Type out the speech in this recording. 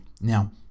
Now